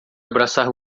abraçar